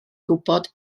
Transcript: gwybod